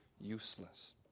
useless